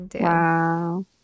Wow